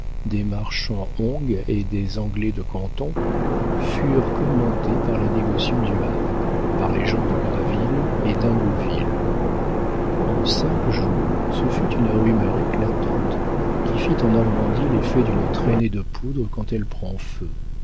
des marchands hongs et des anglais de canton furent commentées par les négociants du havre par les gens de graville et d'ingouville en cinq jours ce fut une rumeur éclatante qui fit en normandie l'effet d'une traînée de poudre quand elle prend feu